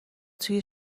توی